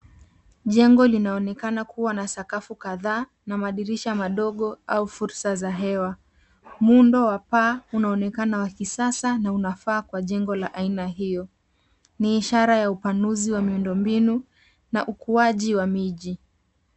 Jengo linaonekana kuwa na sakafu kadhaa na madirisha madogo au fursa za hewa. Muundo wa paa unaonekana wa kisasa na unafaa kwa jengo la aina hiyo. Ni ishara ya upanuji wa miuondombinu na ukuaji wa miji.